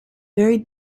very